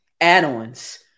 add-ons